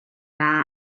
dda